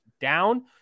down